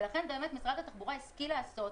ולכן באמת משרד התחבורה השכיל לעשות,